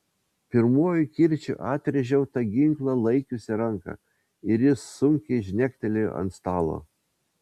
pirmuoju kirčiu atrėžiau tą ginklą laikiusią ranką ir ji sunkiai žnektelėjo ant stalo